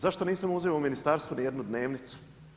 Zašto nisam uzimao u ministarstvu ni jednu dnevnicu?